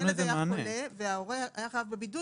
שהילד היה חולה וההורה היה חייב בבידוד